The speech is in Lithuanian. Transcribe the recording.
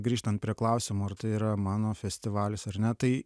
grįžtant prie klausimo ar tai yra mano festivalis ar ne tai